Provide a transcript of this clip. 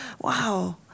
wow